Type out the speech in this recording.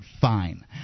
fine